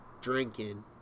drinking